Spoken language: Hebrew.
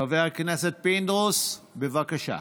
חבר הכנסת פינדרוס, בבקשה.